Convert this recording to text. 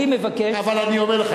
אבל אני אומר לך,